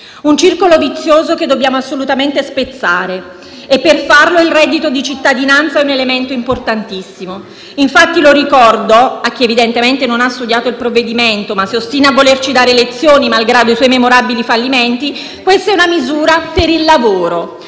un circolo vizioso che dobbiamo assolutamente spezzare e per farlo il reddito di cittadinanza è un elemento importantissimo. Infatti - lo ricordo a chi evidentemente non ha studiato il provvedimento ma si ostina a volerci dare lezioni, malgrado i suoi memorabili fallimenti - questa è una misura per il lavoro,